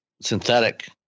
synthetic